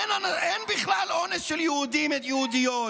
אין בכלל אונס של יהודים כלפי יהודיות.